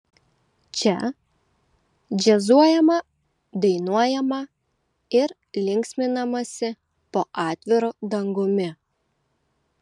čia džiazuojama dainuojama ir linksminamasi po atviru dangumi